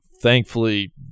thankfully